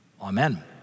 Amen